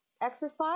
exercise